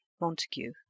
Montague